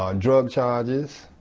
um drug charges,